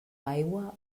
aigua